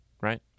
Right